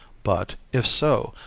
but, if so,